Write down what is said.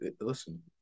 listen